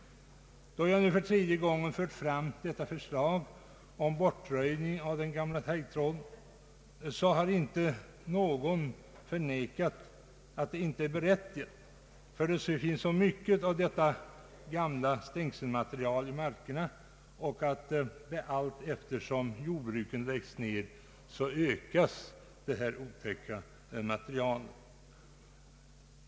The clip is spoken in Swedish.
Då jag nu för tredje gången fört fram detta förslag om bortröjning av den gamla taggtråden så har inte någon vid dessa tillfällen förnekat att det är berättigat. Det finns så mycket kvar av sådant gammalt stängselmaterial i markerna, och det ökar allteftersom jordbruken läggs ned.